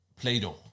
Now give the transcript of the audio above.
Play-doh